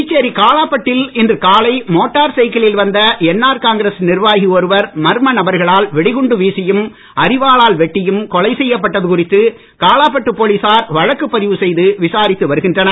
புதுச்சேரி காலப்பட்டில் இன்று காலை மோட்டார் சைக்கிளில் வந்த என்ஆர் காங்கிரஸ் நிர்வாகி ஒருவர் மர்ம நபர்களால் வெடிகுண்டு வீசியும் அறிவாளால் வெட்டியும் கொலை செய்யப்பட்டது குறித்து காலாப்பட்டு போலீசார் வழக்கு பதிவு செய்து விசாரித்து வருகின்றனர்